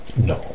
No